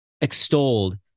extolled